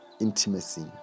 intimacy